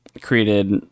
created